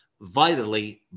vitally